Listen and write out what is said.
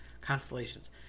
constellations